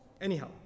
Anyhow